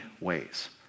ways